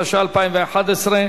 התשע"א 2011,